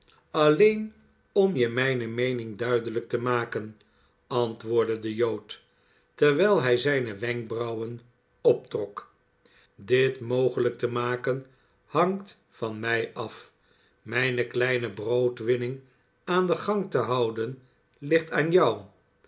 alleen om je mijne meening duidelijk te maken antwoordde de jood terwijl hij zijne wenkbrauwen optrok dit mogelijk te maken hangt van mij af mijne kleine broodwinning aan den gang te houden ligt aan jou